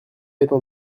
étant